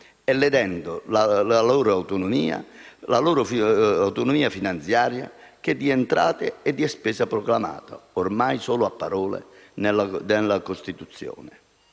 ledendo la loro autonomia finanziaria di entrata e di spesa, proclamata ormai solo a parole nella Costituzione.